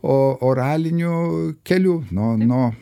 o oraliniu keliu nuo nuo